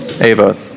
Ava